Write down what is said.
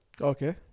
Okay